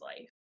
life